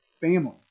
family